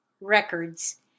records